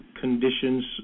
conditions